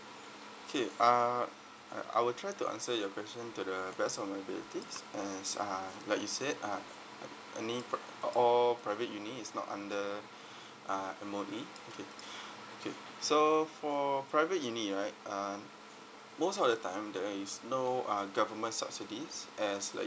okay uh uh I will try to answer your question to the best of my abilities as uh like you said uh any pri~ all private uni is not under uh M_O_E okay okay so for private uni right uh most of the time there is no uh government subsidies as